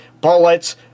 bullets